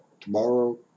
tomorrow